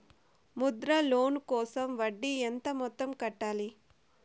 Mudra loan కోసం వడ్డీ ఎంత మొత్తం కట్టాలి